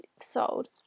sold